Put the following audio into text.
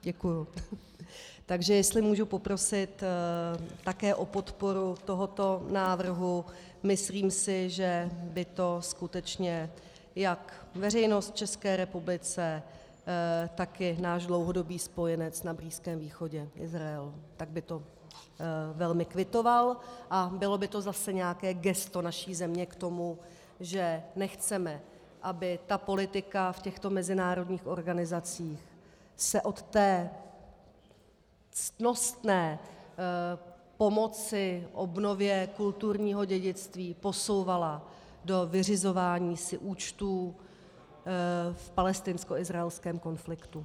Děkuji, takže jestli můžu poprosit také o podporu tohoto návrhu, myslím si, že by to skutečně jak veřejnost v České republice, tak i náš dlouhodobý spojenec na Blízkém východě Izrael velmi kvitoval a bylo by to zase nějaké gesto naší země k tomu, že nechceme, aby politika v těchto mezinárodních organizacích se od té ctnostné pomoci obnově kulturního dědictví posouvala do vyřizování si účtů v palestinskoizraelském konfliktu.